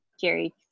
Jerry